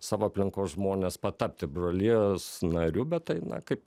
savo aplinkos žmones patapti brolijos nariu bet tai na kaip